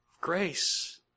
grace